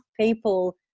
people